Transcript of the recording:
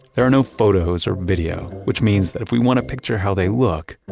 there are no photos, or video, which means that if we want to picture how they look,